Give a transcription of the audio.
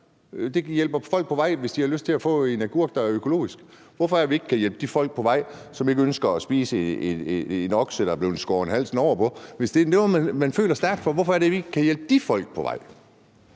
Det hjælper folk på vej, hvis de har lyst til at købe en agurk, der er økologisk. Hvorfor er det, at vi ikke kan hjælpe de folk på vej, som ikke ønsker at spise en okse, der har fået skåret halsen over? Hvis det er noget, man føler stærkt for, hvorfor er det så, vi ikke kan hjælpe de folk på vej?